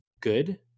good